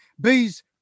Bees